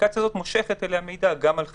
האפליקציה הזו מושכת אליה מידע גם על מחוסנים,